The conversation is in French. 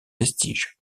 vestiges